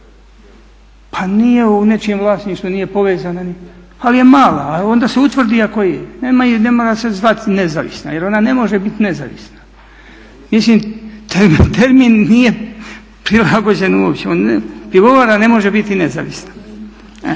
Pa nije u nečijem vlasništvu, nije povezana ali je mala, a onda se utvrdi ako je, ne mora se zvati nezavisna, jer ona ne može biti nezavisna. Mislim taj termin nije prilagođen uopće. Pivovara ne može biti nezavisna.